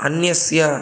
अन्यस्य